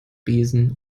besen